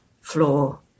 floor